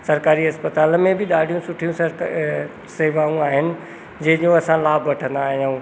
सरकारी अस्पताल में बि ॾाढियूं सुठियूं सेवाऊं आहिनि जंहिंजो असां लाभ वठंदा आहियूं